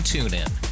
TuneIn